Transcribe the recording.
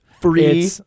Free